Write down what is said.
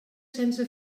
sense